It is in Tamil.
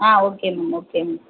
ah okay ma'am okay ma'am